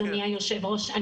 אדוני היושב ראש,